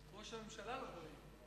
ראש הממשלה לא רואה.